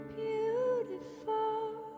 beautiful